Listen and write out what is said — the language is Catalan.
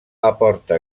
aporta